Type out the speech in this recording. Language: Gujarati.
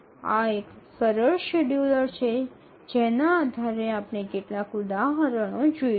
આ એક સરળ શેડ્યૂલર છે જેના આધારે આપણે કેટલાક ઉદાહરણો જોઈશું